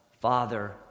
father